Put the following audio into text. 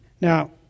Now